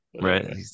right